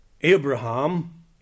Abraham